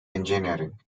engineering